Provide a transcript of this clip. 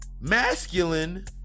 masculine